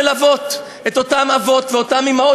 ללוות את אותם אבות ואותן אימהות